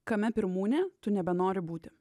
kame pirmūnė tu nebenori būti